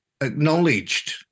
acknowledged